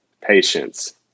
patience